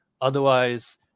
otherwise